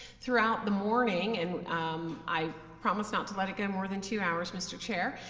throughout the morning, and i promise not to let it go more than two hours, mr. chair,